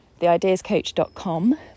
theideascoach.com